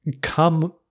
come